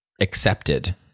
Accepted